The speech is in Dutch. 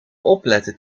opletten